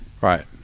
Right